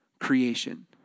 creation